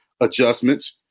adjustments